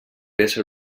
ésser